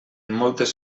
moltes